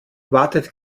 wartet